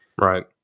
Right